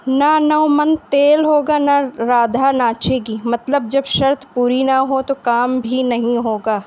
نہ نو من تیل ہوگا نہ رھا ناچے گی مطلب جب شرط پوری نہ ہو تو کام بھی نہیں ہوگا